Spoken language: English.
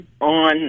on